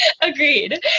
Agreed